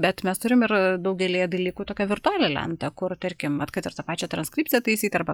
bet mes turim ir daugelyje dalykų tokią virtualią lentą kur tarkim vat kad ir tą pačią transkripciją taisyt arba